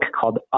called